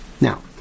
Now